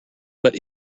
but